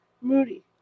Moody